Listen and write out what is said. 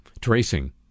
tracing